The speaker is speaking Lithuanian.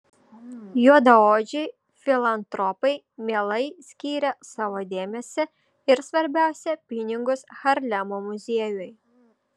juodaodžiai filantropai mielai skyrė savo dėmesį ir svarbiausia pinigus harlemo muziejui